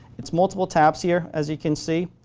it's multiple tabs here, as you can see.